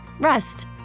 Rest